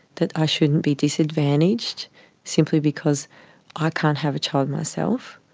that i shouldn't be disadvantaged simply because i can't have a child myself.